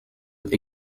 with